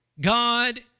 God